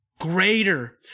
Greater